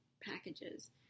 packages